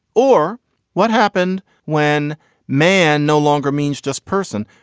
or what happened when man no longer means just person.